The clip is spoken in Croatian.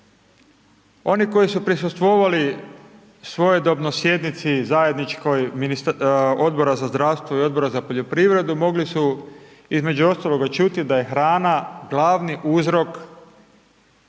Oni koji su prisustvovali svojedobno sjednici, zajedničkoj Odbora za zdravstvo i Odbora za poljoprivredu, mogli su između ostaloga čuti, da je hrana glavni uzrok